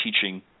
teaching